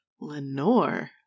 Lenore